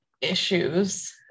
issues